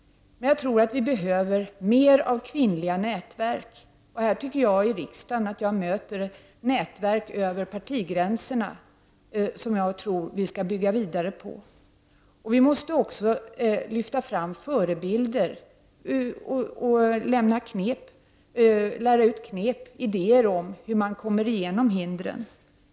Vi behöver mer av kvinnliga nätverk. Jag tycker att jag här i riksdagen möter nätverk över partigränserna, som jag tror att vi skall bygga vidare på. Vi måste också lyfta fram förebilder och lära ut knep och idéer om hur man kommer igenom hindren.